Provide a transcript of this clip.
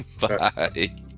Bye